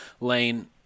lane